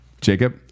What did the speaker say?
Jacob